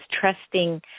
trusting